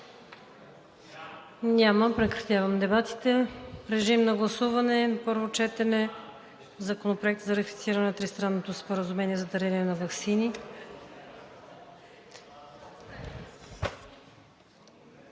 Няма. Прекратявам дебатите. Режим на гласуване на първо четене на Законопроекта за ратифициране на Тристранно споразумение за дарение на ваксини.